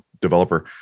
developer